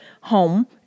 home